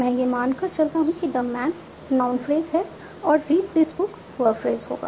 मैं यह मानकर चलता हूं कि द मैन नाउन फ्रेज है और read this book verb phrase होगा